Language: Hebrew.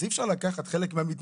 אז אי אפשר לקחת חלק מהמתנדבים